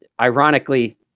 ironically